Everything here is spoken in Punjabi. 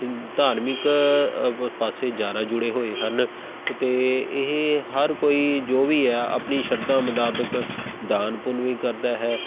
ਧਾਰਮਿਕ ਪਾਸੇ ਜ਼ਿਆਦਾ ਜੁੜੇ ਹੋਏ ਹਨ ਅਤੇ ਇਹ ਹਰ ਕੋਈ ਜੋ ਵੀ ਹੈ ਆਪਣੀ ਸ਼ਰਧਾ ਮੁਤਾਬਕ ਦਾਨ ਪੁੰਨ ਵੀ ਕਰਦਾ ਹੈ